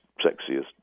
sexiest